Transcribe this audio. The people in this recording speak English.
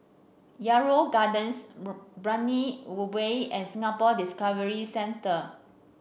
Yarrow Gardens Brani Way and Singapore Discovery Centre